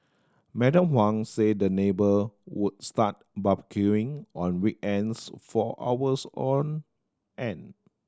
Madam Huang said the neighbour would start barbecuing on weekends for hours on end